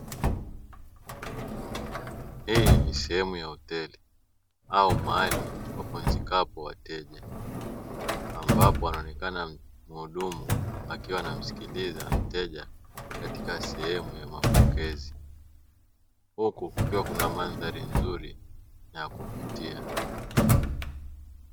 Hii ni sehemu ya hoteli au mahali wapumzikapo wateja ambapo anaonekana muhudumu akiwa anamsikiliza mteja katika sehemu ya mapokezi huku kukiwa kuna mandhari nzuri na ya kuvutia.